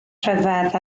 rhyfedd